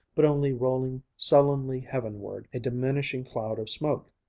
but only rolling sullenly heavenward a diminishing cloud of smoke.